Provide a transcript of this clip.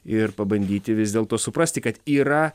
ir pabandyti vis dėlto suprasti kad yra